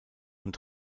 und